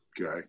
Okay